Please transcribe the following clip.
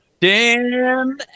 Dan